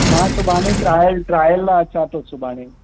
मां सुभाणे trial trial लाइ अचां थो सुभाणे